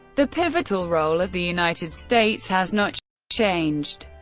the pivotal role of the united states has not changed,